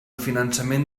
finançament